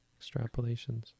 extrapolations